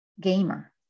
gamer